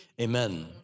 amen